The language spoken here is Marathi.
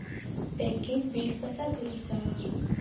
बँकेत बिल कसा भरुचा?